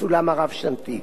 בסולם הרב-שנתי.